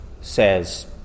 says